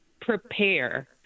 prepare